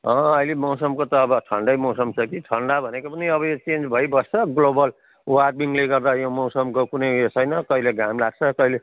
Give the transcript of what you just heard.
अँ अहिले मौसमको त अब ठन्डै मौसम छ कि ठन्डा भनेको पनि अब यो चेन्ज भइबस्छ ग्लोबल वर्मिङले गर्दा यो मौसमको कुनै उयो छैन कहिले घाम लाग्छ कहिले